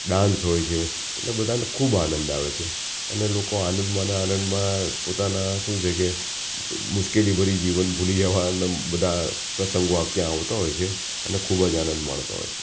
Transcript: dance હોય છે એટલે બધાને ખૂબ આનંદ આવે છે અને લોકો આનંદમાં ને આનંદમાં પોતાનાં શું છે કે મુશ્કેલીભરી જીવન ભૂલી જવાના બધા પ્રસંગો આ ત્યાં આવતા હોય છે અને ખૂબ જ આનંદ માણતા હોય છે